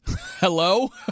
Hello